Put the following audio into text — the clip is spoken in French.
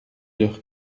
leur